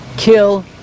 kill